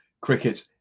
cricket